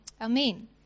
Amen